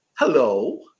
Hello